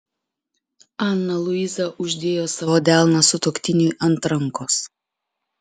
ana luiza uždėjo savo delną sutuoktiniui ant rankos